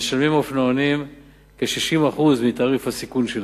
משלמים האופנוענים כ-60% מתעריף הסיכון שלהם,